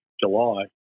July